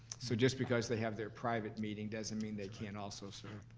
so just, because they have their private meeting doesn't mean they can't also serve.